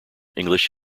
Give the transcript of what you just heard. english